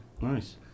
Nice